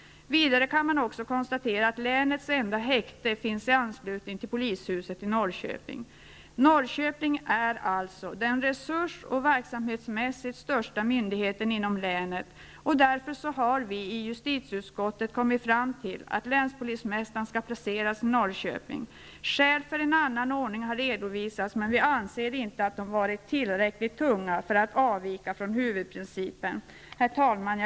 Vidare kan man också konstatera att länets enda häkte finns i anslutning till polishuset i Norrköping. Norrköping är alltså den resurs och verksamhetsmässigt största myndigheten i länet, och därför har vi i justitieutskottet kommit fram till att länspolismästaren skall placeras i Norrköping. Skäl för en annan ordning har redovisats. Men vi anser inte att de varit tillräckligt tunga för att avvika från huvudprincipen. Herr talman!